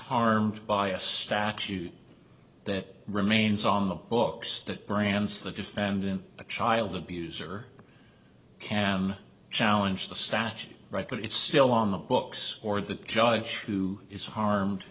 harmed by a statute that remains on the books that brands the defendant a child abuser can challenge the statute right but it's still on the books or the judge who is harmed